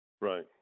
Right